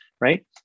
Right